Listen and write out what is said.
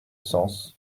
sens